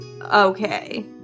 okay